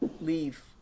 leave